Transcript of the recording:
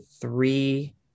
three